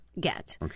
get